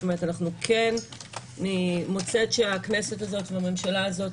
זאת אומרת: אני כן מוצאת שהכנסת הזאת והממשלה הזאת